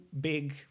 big